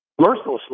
mercilessly